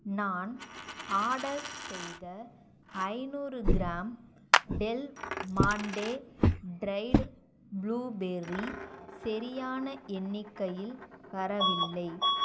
நான் ஆர்டர் செய்த ஐநூறு gram Del Monte dried blueberry சரியான எண்ணிக்கையில் வரவில்லை